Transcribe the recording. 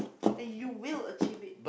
and you will achieve it